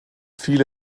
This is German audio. viele